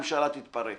הממשלה תתפרק